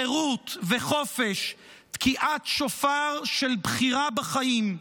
חירות וחופש, תקיעת שופר של בחירה בחיים.